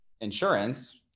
insurance